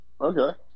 Okay